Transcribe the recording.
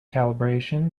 calibration